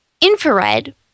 infrared